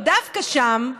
דווקא שם,